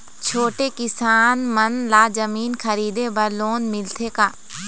छोटे किसान मन ला जमीन खरीदे बर लोन मिलथे का?